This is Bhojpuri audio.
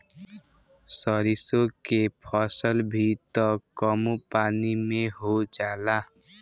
सरिसो के फसल भी त कमो पानी में हो जाला